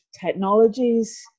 technologies